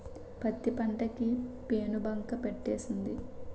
పత్తి పంట కి పేనుబంక పట్టేసింది